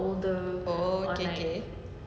oh okay okay